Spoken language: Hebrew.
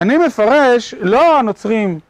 אני מפרש לא הנוצרים